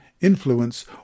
influence